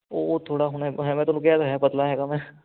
ਉਹ ਥੋੜ੍ਹਾ ਹੁਣ ਹੈਗਾ ਤੁਹਾਨੂੰ ਕਿਹਾ ਤਾਂ ਹੈਗਾ ਪਤਲਾ ਹੈਗਾ ਮੈਂ